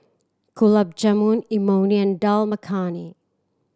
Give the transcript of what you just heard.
Gulab Jamun Imoni and Dal Makhani